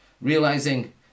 realizing